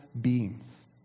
beings